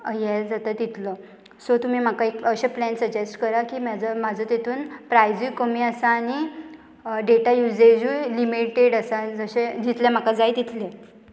हे जाता तितलो सो तुमी म्हाका एक अशे प्लॅन सजेस्ट करा की म्हाजो म्हाजो तेतून प्रायजूय कमी आसा आनी डेटा युजेजूय लिमिटेड आसा जशें जितलें म्हाका जाय तितलें